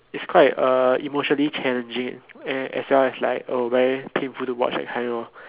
its quite uh emotionally challenging as well as like oh very painful to watch that kind lor